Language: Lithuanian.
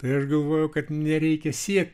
tai aš galvoju kad nereikia siekti